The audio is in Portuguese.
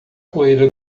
poeira